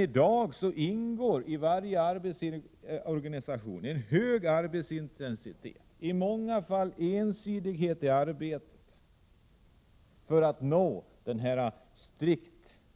I dag ingår i varje arbetsorganisation en hög arbetsintensitet, i många fall ensidighet i arbetet — detta för att man skall uppnå en